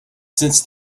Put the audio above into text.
since